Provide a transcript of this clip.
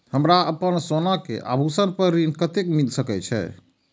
हमरा अपन सोना के आभूषण पर ऋण कते मिल सके छे?